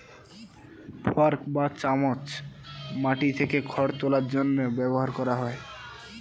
fork বা চামচ মাটি থেকে খড় তোলার জন্য ব্যবহার করা হয়